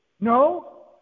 No